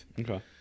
Okay